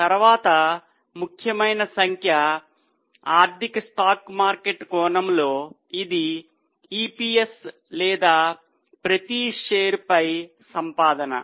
తర్వాత ముఖ్యమైన సంఖ్య ఆర్థిక స్టాక్ మార్కెట్ కోణములో అది EPS లేదా ప్రతి షేర్ పై సంపాదన